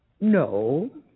No